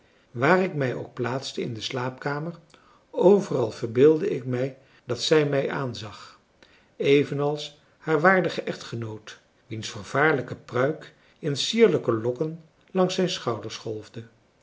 waar ik mij ook plaatste in de slaapkamer overal verbeeldde ik mij dat zij mij aanzag evenals haar waardige echtgenoot wiens vervaarlijke pruik in sierlijke lokken langs zijn schouders